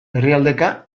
herrialdeka